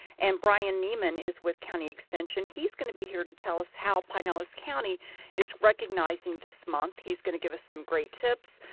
and brian niemann is with county extension. he's going to be here to tell us how pinellas county is recognizing this month. he's going to give us some great tips,